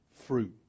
fruit